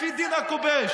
לפי דין הכובש.